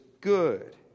good